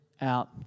out